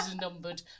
numbered